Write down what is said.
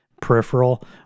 peripheral